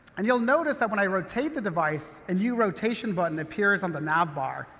and you'll notice that when i rotate the device, a new rotation button appears on the nav bar.